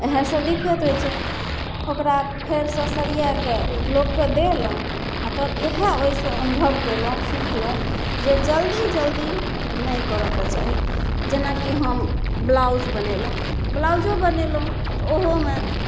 इएहसब दिक्कत होइ छै ओकरा फेरसँ सरिएकऽ लोकके देलहुँ तब इएह ओहिसँ अनुभव कएलहुँ सिखलहुँ जे जल्दी जल्दी नहि करऽके चाही जेनाकि हम ब्लाउज बनेलहुँ ब्लाउजो बनेलहुँ तऽ ओहोमे